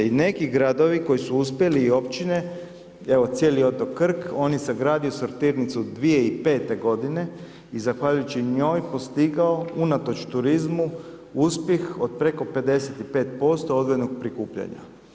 I neki gradovi koji su uspjeli i općine, evo, cijeli otok Krk on je sagradio sortirnicu 2005. godine i zahvaljujući njoj postigao unatoč turizmu uspjeh od oko preko 55% odvojenog prikupljanja.